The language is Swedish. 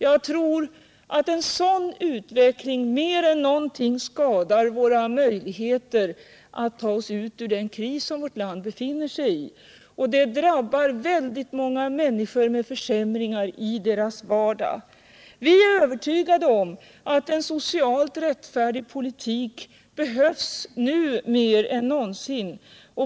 Jag tror att en sådan utveckling mer än något annat skadar våra möjligheter att ta oss ut ur den kris som vårt land befinner sig i. Den drabbar väldigt många människor med försämringar i deras vardag. Vi är övertygade om att en socialt rättfärdig politik behövs nu mer än någonsin.